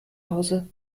hause